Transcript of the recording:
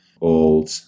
old